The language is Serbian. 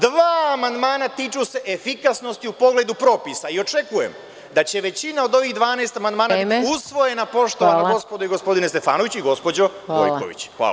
Dva amandmana tiču se efikasnosti u pogledu propisa i očekujem da će većina od ovih 12 amandmana biti usvojena, poštovana gospodo i gospodine Stefanoviću i gospođo Gojković.